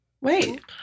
wait